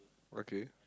okay